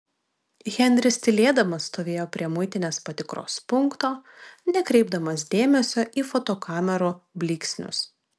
henris tylėdamas stovėjo prie muitinės patikros punkto nekreipdamas dėmesio į fotokamerų blyksnius